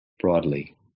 broadly